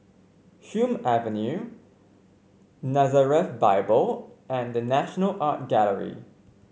Hume Avenue Nazareth Bible and The National Art Gallery